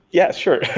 yeah, sure,